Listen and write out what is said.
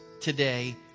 today